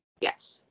Yes